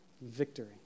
victory